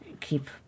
keep